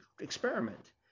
experiment